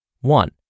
One